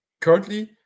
currently